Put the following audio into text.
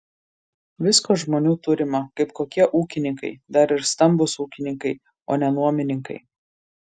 visko žmonių turima kaip kokie ūkininkai dar ir stambūs ūkininkai o ne nuomininkai